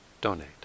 donate